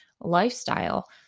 lifestyle